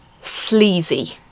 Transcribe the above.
sleazy